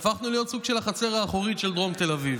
הפכנו להיות סוג של החצר האחורית של דרום תל אביב.